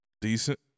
decent